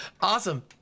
awesome